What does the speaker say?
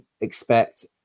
expect